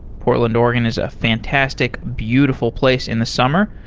portland, oregon is a fantastic, beautiful place in the summer.